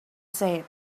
said